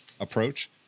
approach